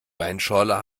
weinschorle